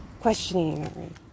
questioning